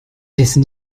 dessen